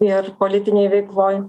ir politinėj veikloj